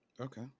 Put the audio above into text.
Okay